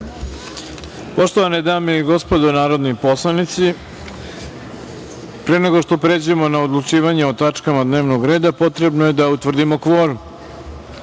Poštovane dame i gospodo narodni poslanici, pre nego što pređemo na odlučivanje o tačkama dnevnog reda potrebno je da utvrdimo